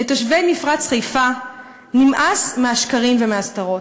לתושבי מפרץ חיפה נמאס מהשקרים ומההסתרות.